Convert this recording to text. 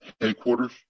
headquarters